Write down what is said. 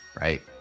right